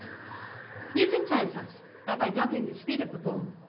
newton tells us that by doubling the speed of the ball,